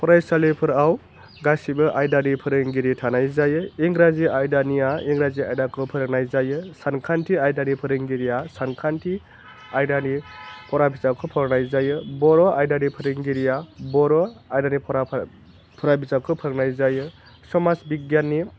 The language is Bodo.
फरायसालिफोराव गासिबो आयदानि फोरोंगिरि थानाय जायो इंराजि आयदानिया इंराजि आयदाखौ फोरोंनाय जायो सानखान्थि आयदानि फोरोंगिरिया सानखान्थि आयदानि फरा बिजाबखौ फोरोंनाय जायो बर' आयदानि फोरोंगिरिया बर' आयदानि फरा फा फरा बिजाबखौ फोरोंनाय जायो समाज बिगियाननि